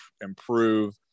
improve